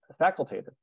facultative